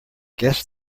guess